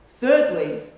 thirdly